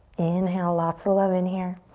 inhale lots of love in here.